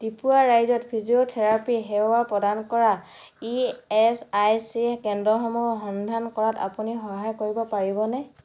ত্ৰিপুৰা ৰাজ্যত ফিজিঅ'থেৰাপী সেৱা প্ৰদান কৰা ই এচ আই চি কেন্দ্ৰসমূহৰ সন্ধান কৰাত আপুনি সহায় কৰিব পাৰিব নে